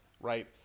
right